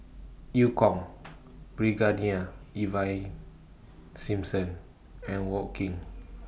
EU Kong Brigadier Ivan Simson and Wong Keen